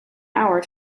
hour